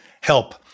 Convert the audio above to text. help